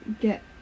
get